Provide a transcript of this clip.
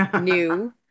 New